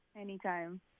Anytime